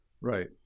Right